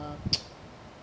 uh